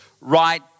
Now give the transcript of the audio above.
right